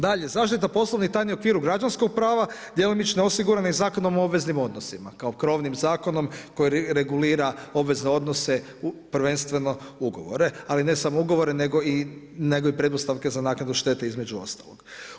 Dalje, zaštita poslovnih tajni u okviru građanskog prava djelomično je osigurana i Zakonom o obveznim odnosima kao krovnim zakonom koji regulira obvezne odnose prvenstveno ugovore ali ne samo ugovore nego i pretpostavke za naknadu štete između ostalog.